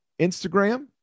Instagram